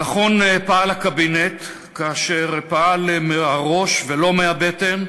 נכון פעל הקבינט כאשר פעל מהראש ולא מהבטן.